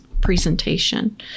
presentation